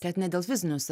kad ne dėl fizinių sa